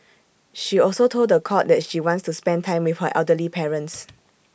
she also told The Court that she wants to spend time with her elderly parents